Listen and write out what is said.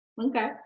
okay